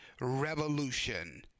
Revolution